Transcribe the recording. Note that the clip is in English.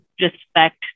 respect